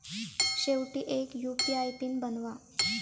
शेवटी एक UPI PIN बनवा